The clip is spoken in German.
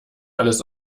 alles